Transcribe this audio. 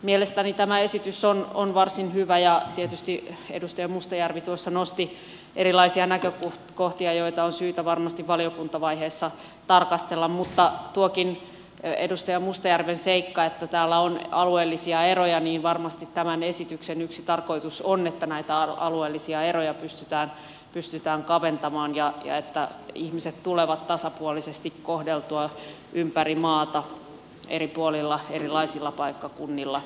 mielestäni tämä esitys on varsin hyvä ja tietysti edustaja mustajärvi nosti erilaisia näkökohtia joita on syytä varmasti valiokuntavaiheessa tarkastella mutta mitä tulee tuohon edustaja mustajärven mainitsemaan seikkaan että täällä on alueellisia eroja niin varmasti tämän esityksen yksi tarkoitus on että näitä alueellisia eroja pystytään kaventamaan ja että ihmiset tulevat tasapuolisesti kohdelluiksi ympäri maata eri puolilla erilaisilla paikkakunnilla